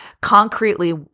concretely